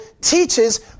teaches